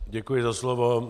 Děkuji za slovo.